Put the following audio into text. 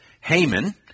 Haman